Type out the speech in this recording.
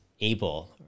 able